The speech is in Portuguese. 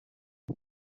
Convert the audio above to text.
que